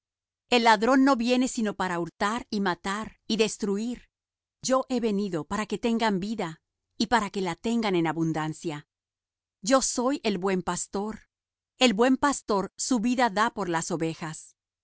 el ladrón no viene sino para hurtar y matar y destruir yo he venido para que tengan vida y para que la tengan en abundancia yo soy el buen pastor el buen pastor su vida da por las ovejas